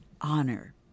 honor